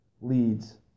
leads